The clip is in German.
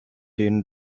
den